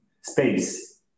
space